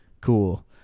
Cool